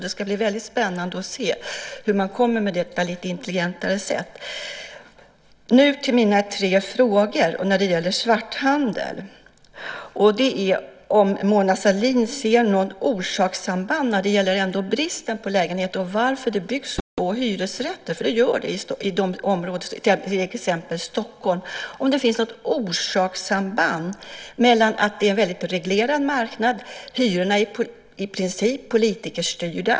Det ska bli väldigt spännande att se hur man kommer med detta lite intelligentare sätt. Nu kommer jag till mina tre frågor om svarthandel. Jag vill veta om Mona Sahlin ser något orsakssamband när det gäller bristen på lägenheter och varför det byggs så få hyresrätter. Det görs det i till exempel Stockholm. Finns det något orsakssamband till att det är en väldigt reglerad marknad? Hyrorna är i princip politikerstyrda.